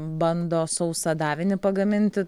bando sausą davinį pagaminti